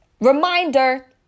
Reminder